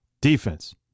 defense